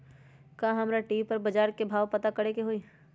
का हमरा टी.वी पर बजार के भाव पता करे के होई?